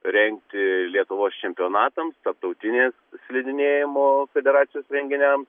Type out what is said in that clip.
rengti lietuvos čempionatams tarptautinės slidinėjimo federacijos renginiams